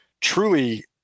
truly